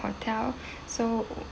hotel so